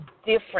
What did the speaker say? different